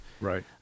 Right